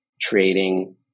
trading